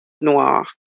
noir